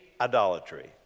idolatry